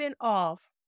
off